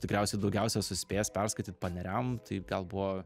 tikriausiai daugiausia suspėjęs perskaityt paneriam tai gal buvo